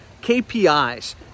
KPIs